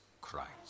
Christ